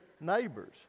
neighbors